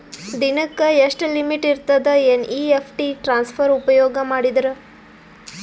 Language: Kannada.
ದಿನಕ್ಕ ಎಷ್ಟ ಲಿಮಿಟ್ ಇರತದ ಎನ್.ಇ.ಎಫ್.ಟಿ ಟ್ರಾನ್ಸಫರ್ ಉಪಯೋಗ ಮಾಡಿದರ?